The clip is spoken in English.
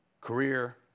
career